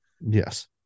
yes